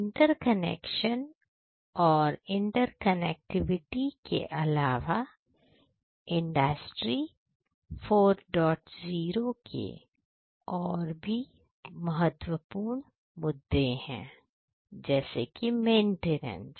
interconnection और interconnectivity के अलावा इंडस्ट्री 40 के और भी महत्वपूर्ण मुद्दे है जैसे कि मेंटेनेंस